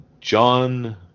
John